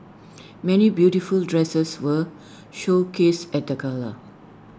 many beautiful dresses were showcased at the gala